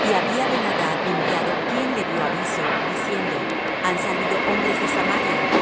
y había ben adad enviado quien le dió aviso diciendo han salido hombres de samaria